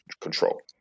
control